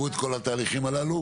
והן עברו את כל התהליכים הללו?